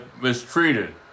mistreated